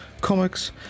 comics